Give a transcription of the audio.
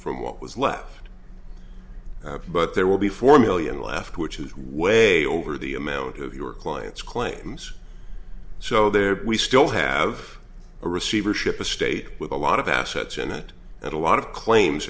from what was left but there will be four million left which is way over the amount of your clients claims so there we still have a receivership a state with a lot of assets in it and a lot of claims